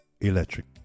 electric